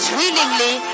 willingly